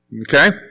Okay